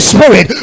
Spirit